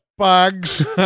bugs